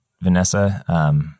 Vanessa